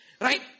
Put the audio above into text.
right